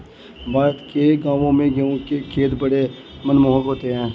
भारत के गांवों में गेहूं के खेत बड़े मनमोहक होते हैं